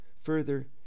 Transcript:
Further